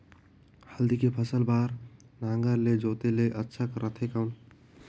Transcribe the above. हल्दी के फसल बार नागर ले जोते ले अच्छा रथे कौन?